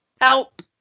Help